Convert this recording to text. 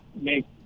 make